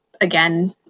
again